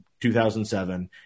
2007